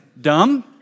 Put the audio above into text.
dumb